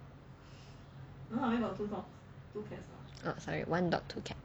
oh sorry one dog two cat